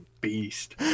beast